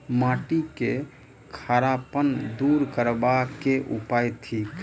माटि केँ खड़ापन दूर करबाक की उपाय थिक?